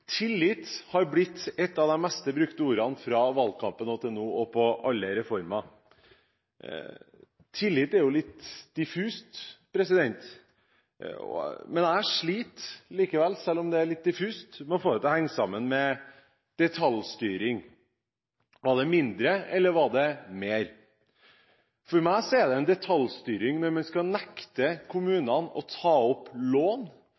Tillit er et av de mest brukte ordene fra valgkampen og til nå, brukt om alle reformer. Tillit er litt diffust, men jeg sliter likevel, selv om det er diffust, med å få det til å henge sammen med detaljstyring. Skulle det bli mindre, eller skulle det bli mer? For meg er det detaljstyring når man skal nekte kommunene å ta opp lån,